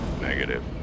Negative